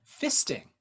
fisting